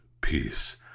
peace